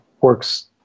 works